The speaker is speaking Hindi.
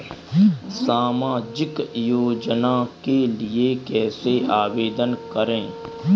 सामाजिक योजना के लिए कैसे आवेदन करें?